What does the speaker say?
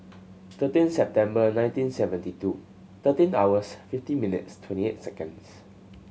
thirteen September nineteen seventy two thirteen hours fifty minutes twenty eight seconds